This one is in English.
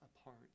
apart